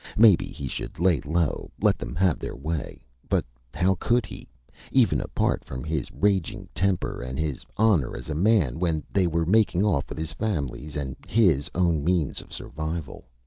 maybe he should lay low let them have their way. but how could he even apart from his raging temper, and his honor as a man when they were making off with his family's and his own means of survival?